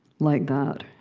like that.